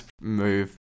move